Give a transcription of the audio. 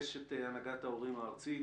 מבקש את הנהגת ההורים הארצית.